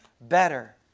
better